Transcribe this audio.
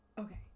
Okay